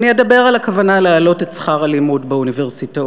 ואני אדבר על הכוונה להעלות את שכר הלימוד באוניברסיטאות